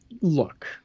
Look